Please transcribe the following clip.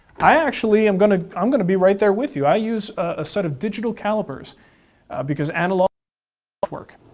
i actually am going to um going to be right there with you. i use a set of digital calipers because analog's work,